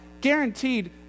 guaranteed